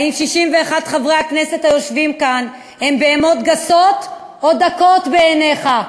האם 61 חברי הכנסת היושבים כאן הם בהמות גסות או דקות בעיניך?